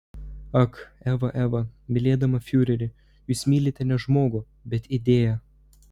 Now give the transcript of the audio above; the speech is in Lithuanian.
ak eva eva mylėdama fiurerį jūs mylite ne žmogų bet idėją